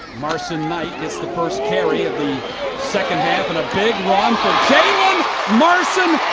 marson-knight gets the first carry of the second half. and a big run for jaylen marson-knight.